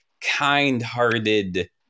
kind-hearted